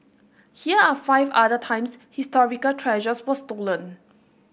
here are five other times historical treasures were stolen